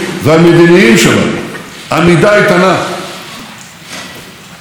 וחרף חילוקי הדעות שהיו לי עם הממשל האמריקני הקודם,